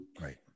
right